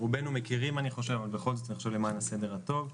אני חושב שרובנו מכירים אבל בכל זאת למען הסדר הטוב.